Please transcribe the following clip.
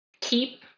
keep